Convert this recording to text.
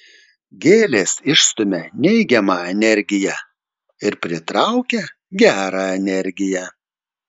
gėlės išstumia neigiamą energiją ir pritraukia gerą energiją